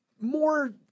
more